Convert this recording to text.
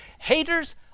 Haters